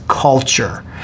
Culture